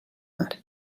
mar